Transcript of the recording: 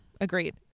Agreed